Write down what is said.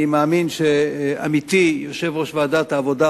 אני מאמין שעמיתי יושב-ראש ועדת העבודה,